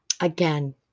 again